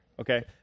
Okay